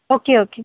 okay okay